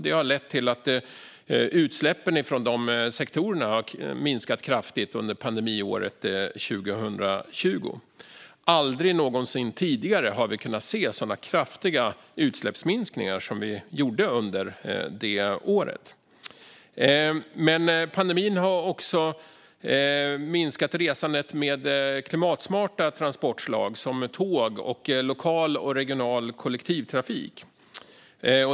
Det har lett till att utsläppen från de sektorerna minskade kraftigt under pandemiåret 2020. Aldrig någonsin tidigare har vi kunnat se sådana kraftiga utsläppsminskningar som under det året. Men pandemin har också minskat resandet med klimatsmarta transportslag, som tåg och lokal och regional kollektivtrafik.